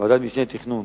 ועדת משנה לתכנון